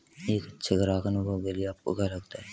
एक अच्छे ग्राहक अनुभव के लिए आपको क्या लगता है?